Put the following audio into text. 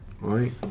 right